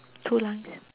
two lines